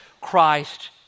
Christ